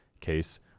case